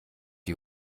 die